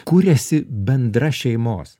kuriasi bendra šeimos